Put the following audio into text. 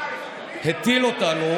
הטיל אותנו,